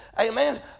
amen